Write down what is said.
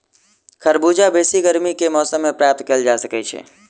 खरबूजा बेसी गर्मी के मौसम मे प्राप्त कयल जा सकैत छै